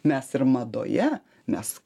mes ir madoje mes